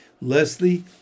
Leslie